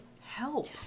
help